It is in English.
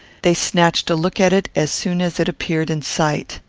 they snatched a look at it as soon as it appeared in sight.